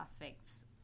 affects